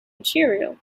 material